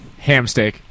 Hamsteak